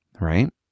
Right